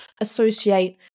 associate